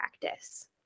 practice